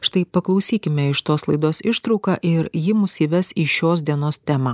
štai paklausykime iš tos laidos ištrauką ir ji mus įves į šios dienos temą